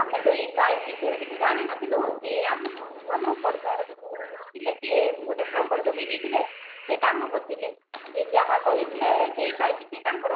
ଆମେ ତ ଏଇ ପାଇପ୍ ବିଷୟରେ କିଛି ଜାଣି ନ ଥିଲୁ ସେ ଆମକୁ ଆମ ପଡ଼ିଶା ଘରୁ ଯେଉଁ ଥିଲେ ସେ ଗୋଟେ ପ୍ଲମ୍ବର୍ ଯୋଗାଇଦେଇଥିଲେ ସେ କାମ କରୁଥିଲେ ସେ ଯାହା କହିଥିଲେ ସେଇ ପାଇପ୍ ସେ ତାଙ୍କର